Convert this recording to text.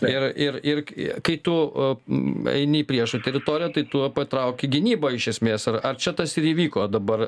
ir ir irgi kai tu eini į priešo teritoriją tai tu patrauki gynybą iš esmės ar čia tas ir įvyko dabar